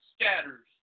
scatters